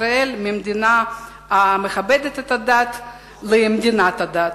ישראל ממדינה המכבדת את הדת למדינת הדת.